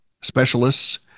specialists